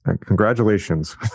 congratulations